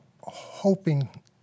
hoping